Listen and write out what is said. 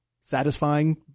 satisfying